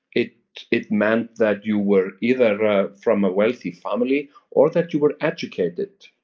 it it meant that you were either ah from a wealthy family or that you were educated,